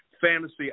fantasy